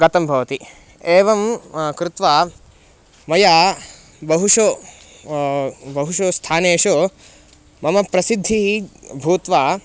गतं भवति एवं कृत्वा मया बहुषु बहुषु स्थानेषु मम प्रसिद्धिः भूत्वा